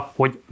hogy